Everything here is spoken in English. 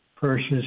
purchased